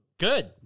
Good